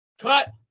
cut